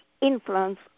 influence